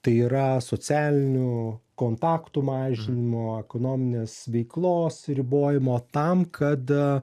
tai yra socialinių kontaktų mažinimo ekonominės veiklos ribojimo tam kad